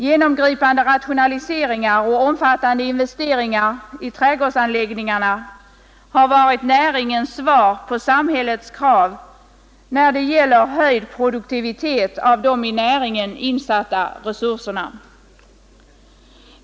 Genomgripande rationaliseringar och omfattande investeringar i trädgårdsanläggningarna har varit näringens svar på samhällets krav, när det gäller höjd produktivitet av de i näringen insatta resurserna.